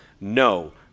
no